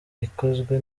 ikozwe